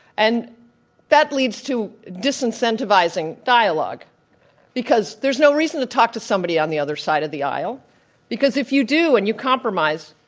and that leads to disincentivizing dialogue because there's no reason to talk to somebody on the other side of the aisle because if you do and you compromise,